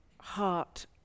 heart